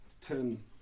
ten